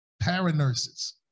para-nurses